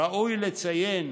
ראוי לציין